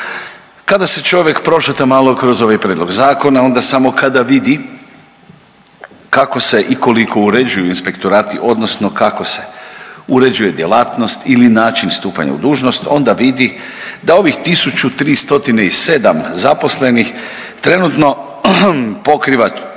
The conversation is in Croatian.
Kada se čovjek prošeta malo kroz ovaj prijedlog zakona onda samo kada vidi kako se i koliko uređuju inspektorati odnosno kako se uređuje djelatnost ili način stupanja u dužnost onda vidi da ovih 1.307 zaposlenih trenutno pokriva